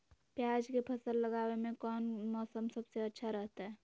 प्याज के फसल लगावे में कौन मौसम सबसे अच्छा रहतय?